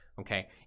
Okay